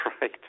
right